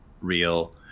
real